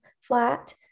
flat